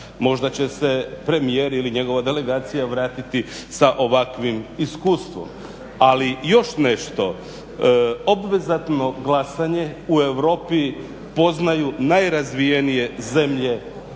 možda će se premijer ili njegova delegacija vratiti sa ovakvim iskustvom. Ali još nešto, obvezatno glasanje u Europi poznaju najrazvijenije zemlje EU